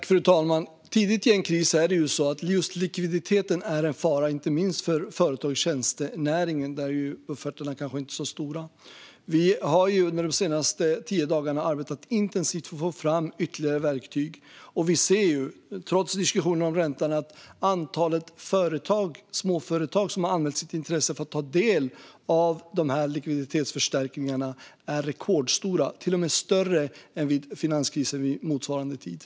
Fru talman! Tidigt i en kris är det just likviditeten som är i fara, inte minst för företag i tjänstenäringen, där buffertarna kanske inte är så stora. Vi har de senaste tio dagarna arbetat intensivt för att få fram ytterligare verktyg. Vi ser, trots diskussionerna om räntan, att antalet småföretag som har anmält intresse för att få ta del av likviditetsförstärkningarna är rekordstort, till och med större än vid motsvarande tid under finanskrisen.